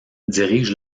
dirige